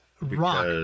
rock